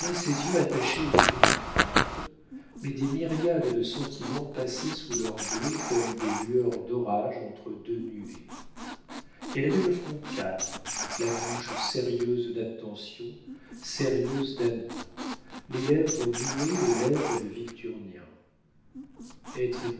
ses yeux attachés aux yeux du comte mais des myriades de sentiments passaient sous leur bleu comme des lueurs d'orage entre deux nuées elle avait le front calme la bouche sérieuse d'attention sérieuse d'amour les lèvres nouées aux lèvres de victurnien être